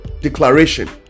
declaration